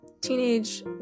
Teenage